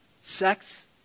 Sex